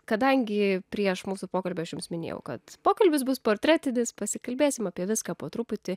kadangi prieš mūsų pokalbio aš jums minėjau kad pokalbis bus portretinis pasikalbėsim apie viską po truputį